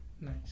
Nice